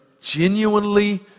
genuinely